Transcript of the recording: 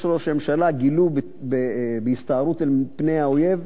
של ראש הממשלה גילו בהסתערות על האויב,